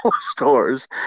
stores